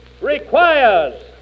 requires